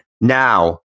Now